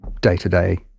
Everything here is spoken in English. day-to-day